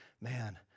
man